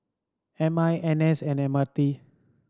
M I N S and M R T